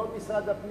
ולא משרד הפנים.